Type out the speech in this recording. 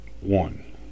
one